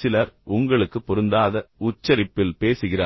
சிலர் உங்களுக்கு பொருந்தாத உச்சரிப்பில் பேசுகிறார்கள்